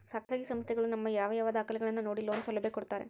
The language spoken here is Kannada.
ಖಾಸಗಿ ಸಂಸ್ಥೆಗಳು ನಮ್ಮ ಯಾವ ಯಾವ ದಾಖಲೆಗಳನ್ನು ನೋಡಿ ಲೋನ್ ಸೌಲಭ್ಯ ಕೊಡ್ತಾರೆ?